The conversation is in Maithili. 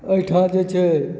एहिठाँ जे छै